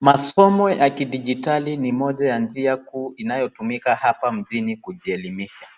Masomo ya kidijitali ni moja ya njia kuu inayotumika hapa mjini kujielimisha.